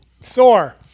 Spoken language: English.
sore